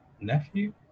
nephew